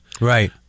Right